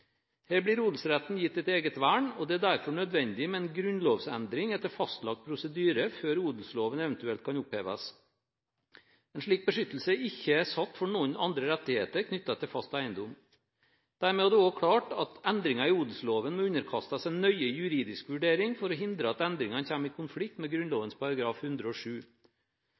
Her blir odelsretten gitt et eget vern, og det er derfor nødvendig med en grunnlovsendring etter fastlagte prosedyrer før odelsloven eventuelt kan oppheves. En slik beskyttelse er ikke satt for noen andre rettigheter knyttet til fast eiendom. Dermed er det også klart at endringer i odelsloven må underkastes en nøye juridisk vurdering for å hindre at endringene kommer i konflikt med Grunnloven § 107.